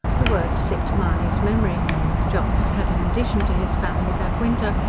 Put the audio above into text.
the words flicked mahony's memory john had had an addition to his family that winter,